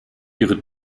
ihre